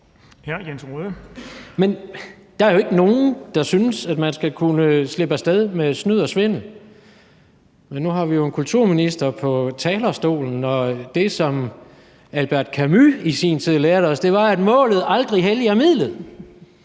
Men der er jo ikke nogen, der synes, at man skal kunne slippe af sted med snyd og svindel. Nu har vi jo en kulturminister på talerstolen, og det, Albert Camus i sin tid lærte os, var, at målet aldrig helliger midlet